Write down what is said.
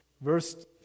Verse